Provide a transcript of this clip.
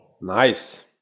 Nice